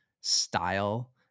style